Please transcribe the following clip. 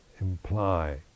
imply